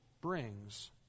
brings